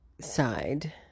side